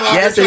Yes